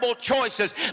choices